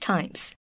Times